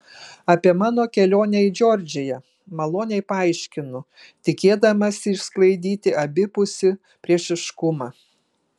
apie mano kelionę į džordžiją maloniai paaiškinu tikėdamasi išsklaidyti abipusį priešiškumą